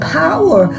power